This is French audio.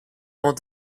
ans